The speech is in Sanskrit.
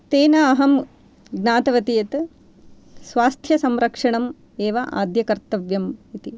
तेन अहं ज्ञातवती यत् स्वास्थ्यसंरक्षणम् एव आद्यकर्तव्यम् इति